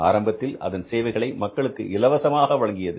ஆரம்பத்தில் அதன் சேவைகளை மக்களுக்கு இலவசமாக வழங்கியது